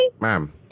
Ma'am